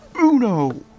Uno